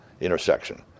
intersection